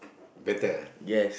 better